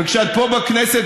זאת אותה משטרה.